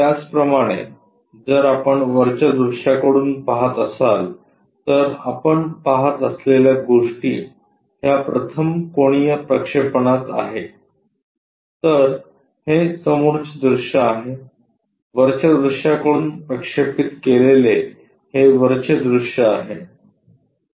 त्याचप्रमाणे जर आपण वरच्या दृश्याकडून पाहत असाल तर आपण पहात असलेल्या गोष्टी ह्या प्रथम कोनीय प्रक्षेपणात आहे तर हे समोरचे दृश्य आहे वरच्या दृश्याकडून प्रक्षेपित केलेले हे वरचे दृश्य आहे